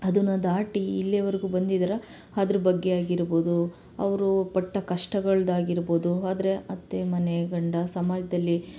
ಅದನ್ನ ದಾಟಿ ಇಲ್ಲೀವರೆಗೂ ಬಂದಿದಾರೋ ಅದ್ರ ಬಗ್ಗೆ ಆಗಿರ್ಬೋದು ಅವರು ಪಟ್ಟ ಕಷ್ಟಗಳ್ದಾಗಿರ್ಬೋದು ಆದರೆ ಅತ್ತೆ ಮನೆ ಗಂಡ ಸಮಾಜದಲ್ಲಿ